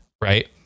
right